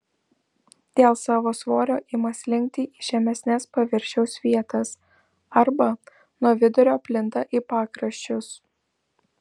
dėl savo svorio ima slinkti į žemesnes paviršiaus vietas arba nuo vidurio plinta į pakraščius